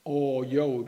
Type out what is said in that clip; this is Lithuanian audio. o jau